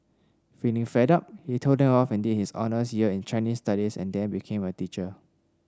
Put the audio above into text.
feeling fed up he told them off and did his honours year in Chinese Studies and then became a teacher